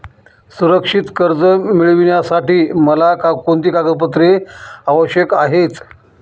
सुरक्षित कर्ज मिळविण्यासाठी मला कोणती कागदपत्रे आवश्यक आहेत